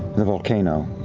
the volcano.